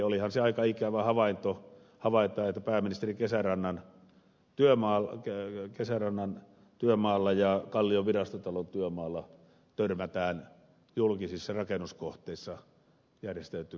olihan se aika ikävä havaita että pääministerin kesärannan työmaalla ja kallion virastotalon työmaalla julkisissa rakennuskohteissa törmätään järjestäytyneen rikollisuuden ilmiöön